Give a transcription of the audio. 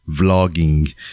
vlogging